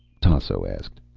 tasso asked.